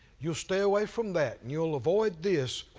you'll stay away from that, you'll avoid this,